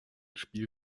spiel